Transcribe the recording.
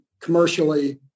commercially